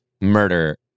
murder